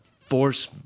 force